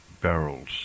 barrels